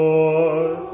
Lord